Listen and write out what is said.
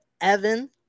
Evan